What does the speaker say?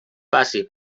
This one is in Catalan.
passi